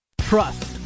Trust